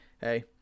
hey